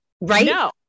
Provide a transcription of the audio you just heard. right